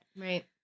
Right